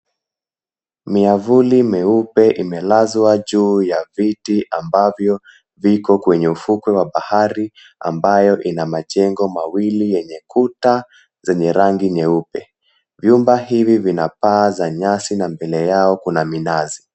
Miavuli mieupe imelazwa juu ya viti ambavyo viko kwenye ufukwe wa bahari ambayo ina majengo mawili yenye kuta zenye rangi nyeupe. Vyumba hivi vina paa za nyasi na mbele yao kuna minazi.